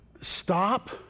Stop